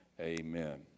amen